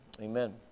Amen